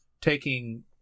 Taking